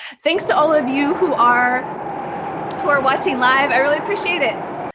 thanks to all of you who are who are watching live. i really appreciate it.